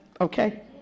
okay